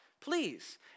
please